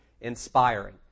inspiring